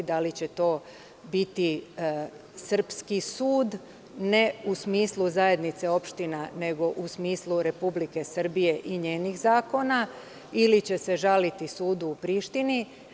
Da li će to biti srpski sud, ne u smislu zajednice opština, nego u smislu Republike Srbijei njenih zakona ili će se žaliti sudu u Prištini?